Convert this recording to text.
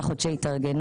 שלושה חודשי התארגנות.